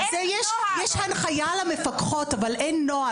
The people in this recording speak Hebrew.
יש הנחיה למפקחות, אבל אין נוהל.